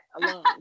alone